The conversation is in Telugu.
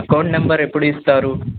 అకౌంట్ నెంబర్ ఎప్పుడు ఇస్తారు